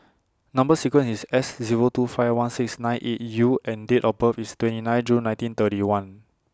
Number sequence IS S Zero two five one six nine eight U and Date of birth IS twenty nine June nineteen thirty one